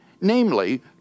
namely